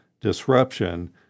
disruption